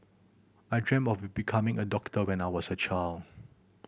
I dreamt of becoming a doctor when I was a child